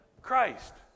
Christ